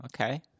Okay